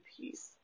peace